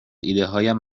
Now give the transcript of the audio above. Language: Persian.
ایدههایم